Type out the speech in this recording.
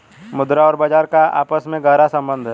मुद्रा और बाजार का आपस में गहरा सम्बन्ध है